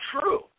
true